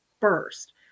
first